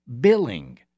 billing